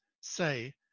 say